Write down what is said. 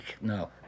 no